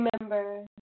Remember